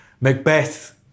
Macbeth